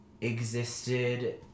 existed